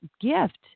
gift